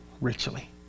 richly